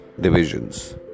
divisions